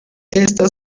estas